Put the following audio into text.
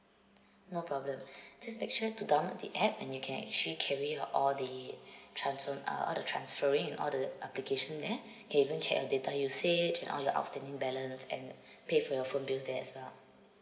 no problem just make sure to download the app and you can actually carry out all the transfer uh all the transferring and all the application there you can even check your data usage and all your outstanding balance and pay for your phone bills there as well